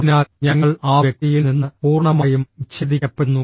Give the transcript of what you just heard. അതിനാൽ ഞങ്ങൾ ആ വ്യക്തിയിൽ നിന്ന് പൂർണ്ണമായും വിച്ഛേദിക്കപ്പെടുന്നു